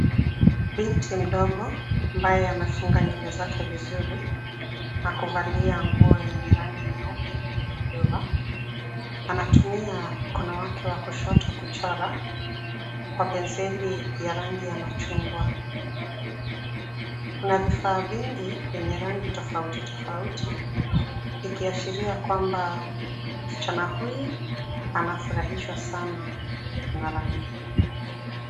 Binti mdogo ambaye amefunga nywele zake vizuri, na kuvalia nguo yenye rangi nyeupe na madoadoa. Anatumia mkono wake wa kushoto kuchora, kwa penseli ya rangi ya machungwa. Kuna vifaa vingi vyenye rangi tofauti tofauti, ikiashiria kwamba msichana huyu anafurahishwa sana na rangi.